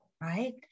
right